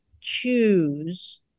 choose